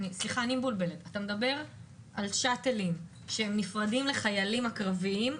אתה מדבר על שאטלים נפרדים לחיילים הקרביים,